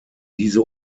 diese